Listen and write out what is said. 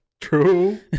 True